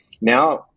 now